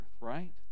right